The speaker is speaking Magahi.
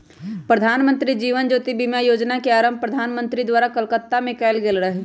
प्रधानमंत्री जीवन ज्योति बीमा जोजना के आरंभ प्रधानमंत्री द्वारा कलकत्ता में कएल गेल रहइ